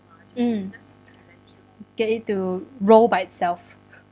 mm get it to roll by itself